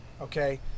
Okay